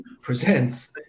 presents